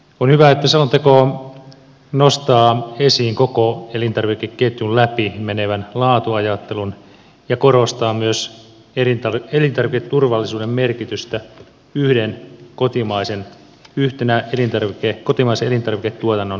on hyvä että selonteko nostaa esiin koko elintarvikeketjun läpi menevän laatuajattelun ja korostaa myös elintarviketurvallisuuden merkitystä yhtenä kotimaisen elintarviketuotannon vahvuutena